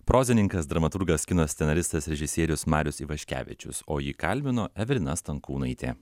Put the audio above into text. prozininkas dramaturgas kino scenaristas režisierius marius ivaškevičius o jį kalbino evelina stankūnaitė